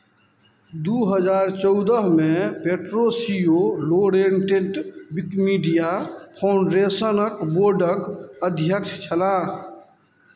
दू हजार चौदहमे पैट्रिसियो लोरेण्टे विकिमीडिया फाउण्डेशनक बोर्डक अध्यक्ष छलाह